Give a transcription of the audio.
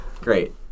Great